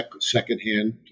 secondhand